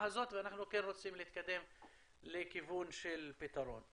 הזאת ואנחנו כן רוצים להתקדם לכיוון של פתרון.